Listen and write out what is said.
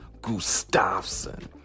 Gustafsson